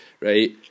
Right